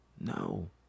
No